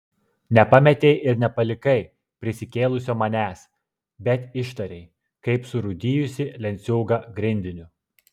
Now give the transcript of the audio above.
nepametei ir nepalikai prisikėlusio manęs bet ištarei kaip surūdijusį lenciūgą grindiniu